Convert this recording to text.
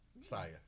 Saya